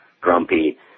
grumpy